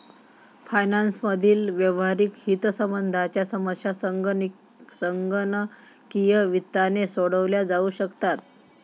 finance मधील व्यावहारिक हितसंबंधांच्या समस्या संगणकीय वित्ताने सोडवल्या जाऊ शकतात